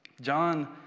John